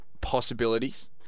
possibilities